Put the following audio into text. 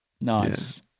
Nice